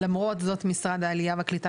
למרות זאת משרד העלייה והקליטה,